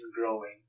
growing